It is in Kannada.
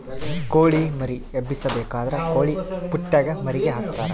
ಕೊಳಿ ಮರಿ ಎಬ್ಬಿಸಬೇಕಾದ್ರ ಕೊಳಿಪುಟ್ಟೆಗ ಮರಿಗೆ ಹಾಕ್ತರಾ